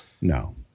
No